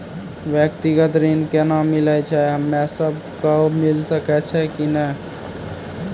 व्यक्तिगत ऋण केना मिलै छै, हम्मे सब कऽ मिल सकै छै कि नै?